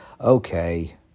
Okay